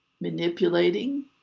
manipulating